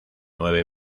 nueve